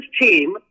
team